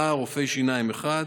שבעה רופאים, רופא שיניים אחד,